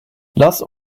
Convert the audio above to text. lass